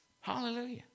Hallelujah